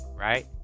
right